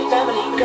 Family